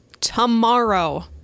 tomorrow